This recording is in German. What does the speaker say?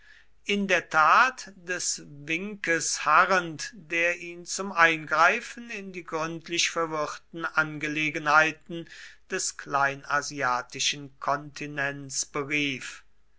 in der tat des winkes harrend der ihn zum eingreifen in die gründlich verwirrten angelegenheiten des kleinasiatischen kontinents berief